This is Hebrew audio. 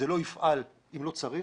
זה לא יפעל אם לא צריך.